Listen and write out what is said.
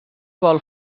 vol